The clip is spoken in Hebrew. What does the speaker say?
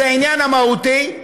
זה העניין המהותי,